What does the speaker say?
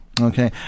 Okay